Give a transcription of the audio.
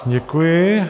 Děkuji.